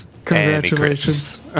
Congratulations